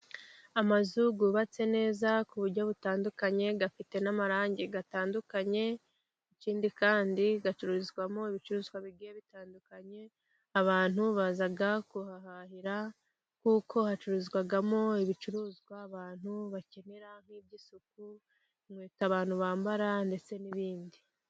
Amazu yubatse neza ku buryo butandukanye, afite n'amarangi atandukanye. Ikindi kandi, acururizwamo ibicuruzwa bitandukanye. Abantu baza kuhahahira kuko hacuruzwamo ibicuruzwa abantu bakenera nk'iby'isuku, inkweto abantu bambara, ndetse n'ibindi.